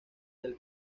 del